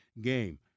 game